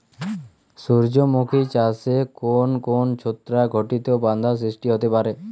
সূর্যমুখী চাষে কোন কোন ছত্রাক ঘটিত বাধা সৃষ্টি হতে পারে?